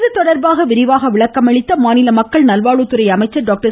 இதுதொடர்பாக விரிவாக விளக்கம் அளித்த மக்கள் நல்வாழ்வுத்துறை அமைச்சர் டாக்டர்